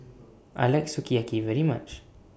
I like Sukiyaki very much